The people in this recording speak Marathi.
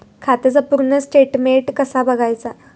खात्याचा पूर्ण स्टेटमेट कसा बगायचा?